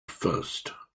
first